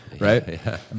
Right